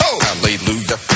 Hallelujah